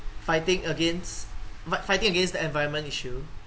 fighting against fighting against the environment issue